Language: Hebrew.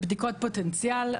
בדיקות פוטנציאל,